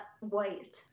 white